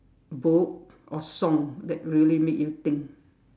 book or song that really make you think